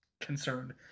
concerned